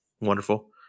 Wonderful